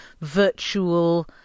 virtual